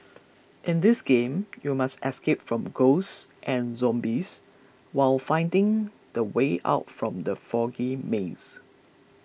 in this game you must escape from ghosts and zombies while finding the way out from the foggy maze